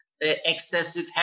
excessive